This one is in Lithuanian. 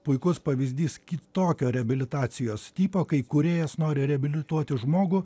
puikus pavyzdys kitokio reabilitacijos tipo kai kūrėjas nori reabilituoti žmogų